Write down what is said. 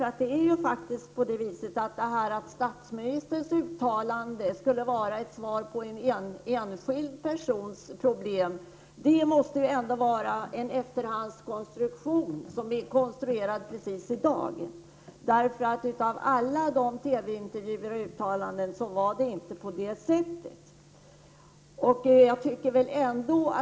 Att statsministerns uttalande skulle vara ett svar på en fråga om en enskild pojkes problem måste väl ändå vara en efterhandskonstruktion, en konstruktion som kommit till just i dag. Av alla TV-intervjuer och uttalanden att döma var det inte på det sätt som här beskrivs.